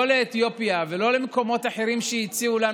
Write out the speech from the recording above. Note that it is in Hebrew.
לא לאתיופיה ולא למקומות אחרים שהציעו לנו,